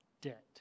debt